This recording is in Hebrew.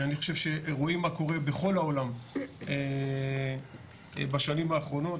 אני חושב שרואים מה קורה בכל העולם בשנים האחרונות,